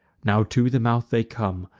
now to the mouth they come.